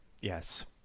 Yes